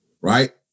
right